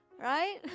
right